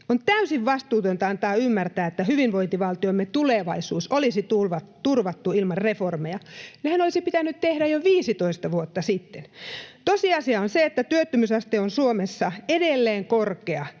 On täysin vastuutonta antaa ymmärtää, että hyvinvointivaltiomme tulevaisuus olisi turvattu ilman reformeja. Nehän olisi pitänyt tehdä jo 15 vuotta sitten. Tosiasia on se, että työttömyysaste on Suomessa edelleen korkea